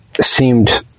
seemed